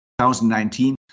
2019